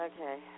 Okay